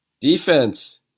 Defense